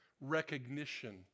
recognition